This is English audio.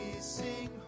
sing